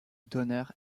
donner